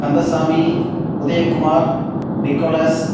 Kandasamy Udayakumar Nicolas